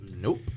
nope